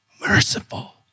merciful